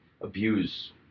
abuse